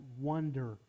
wonder